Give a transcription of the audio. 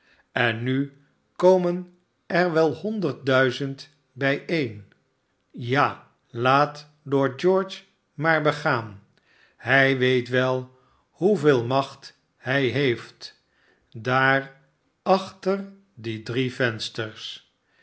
en nu komen er wel honderd duizend bijeen ja laat lord george maar begaan hij weet wel hoeveel macht hij heeft daar achter die drie vensters